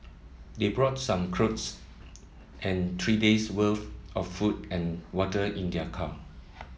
they brought some clothes and three day's worth of food and water in their car